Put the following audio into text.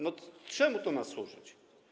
No, czemu to ma służyć?